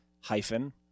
hyphen